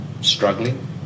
struggling